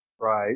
Right